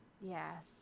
yes